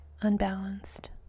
unbalanced